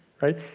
right